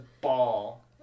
ball